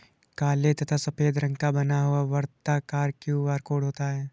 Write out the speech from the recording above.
काले तथा सफेद रंग का बना हुआ वर्ताकार क्यू.आर कोड होता है